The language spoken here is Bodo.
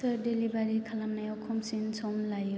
सोर डेलिभारि खालामनायाव खमसिन सम लायो